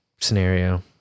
scenario